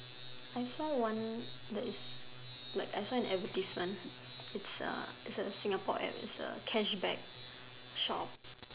I saw one there is like I saw an advertisement its a is a Singapore ad is a cashback shop